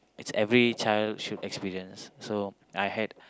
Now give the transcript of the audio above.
it's every child should experience so I had